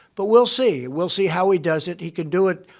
but we'll see. we'll see how he does it. he can do it